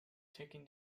taking